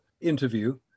interview